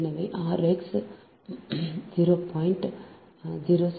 எனவே r x 0